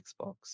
Xbox